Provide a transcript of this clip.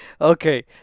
Okay